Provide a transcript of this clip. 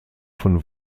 von